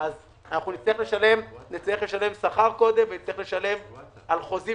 נצטרך לשלם קודם שכר ונצטרך לשלם על חוזים